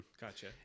Gotcha